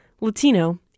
Latino